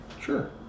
Sure